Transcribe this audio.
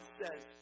says